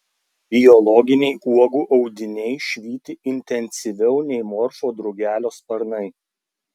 biologiniai uogų audiniai švyti intensyviau nei morfo drugelio sparnai